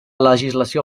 legislació